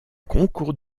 concours